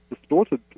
distorted